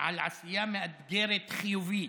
על עשייה מאתגרת, חיובית,